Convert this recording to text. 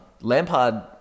Lampard